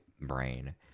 brain